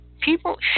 People